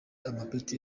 amapeti